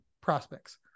prospects